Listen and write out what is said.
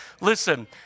Listen